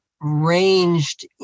ranged